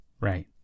right